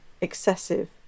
excessive